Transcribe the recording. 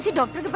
doctor.